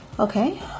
Okay